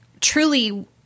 truly